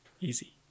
Easy